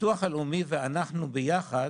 הביטוח הלאומי ואנחנו ביחד